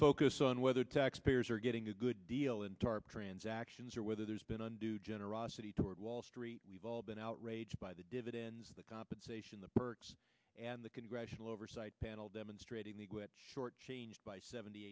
focus on whether taxpayers are getting a good deal in tarp transactions or whether there's been undue generosity toward wall street we've all been outraged by the dividends the compensation the perks and the congressional oversight panel demonstrating the quit shortchanged by seventy